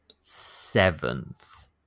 seventh